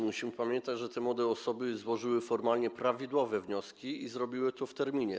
Musimy pamiętać, że te młode osoby złożyły formalnie prawidłowe wnioski i zrobiły to w terminie.